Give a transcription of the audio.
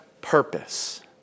purpose